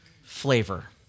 flavor